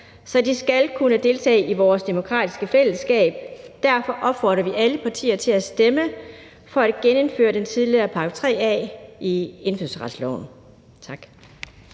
så de skal kunne deltage i vores demokratiske fællesskab. Derfor opfordrer vi alle partier til at stemme for at genindføre den tidligere § 3 A i indfødsretsloven. Tak.